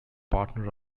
partner